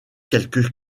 quelques